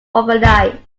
overnight